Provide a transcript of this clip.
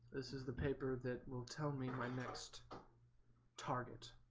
this is the paper that will tell me my missed target